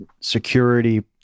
security